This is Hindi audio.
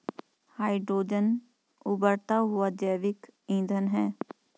हाइड्रोजन उबरता हुआ जैविक ईंधन है